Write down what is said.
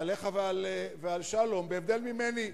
עליך ועל שלום בהבדל ממני.